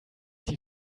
die